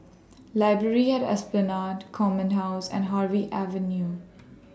Library At Esplanade Command House and Harvey Avenue